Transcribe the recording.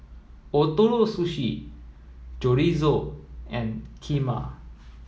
Ootoro Sushi Chorizo and Kheema